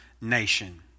nation